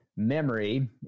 memory